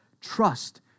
trust